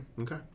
Okay